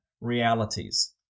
realities